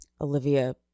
olivia